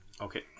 Okay